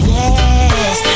yes